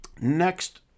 Next